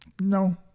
no